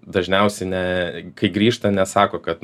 dažniausiai ne kai grįžta nesako kad